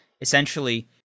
essentially